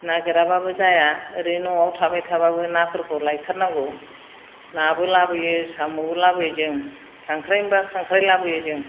नागिराब्लाबो जाया ओरैनो न'आव थाबाय थाब्लाबो नाफोरखौ लायथारनांगौ नाबो लाबोयो साम'बो लाबोयो जों खांख्राइ मोनब्ला खांख्राइ लाबोयो जों